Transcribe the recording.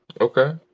Okay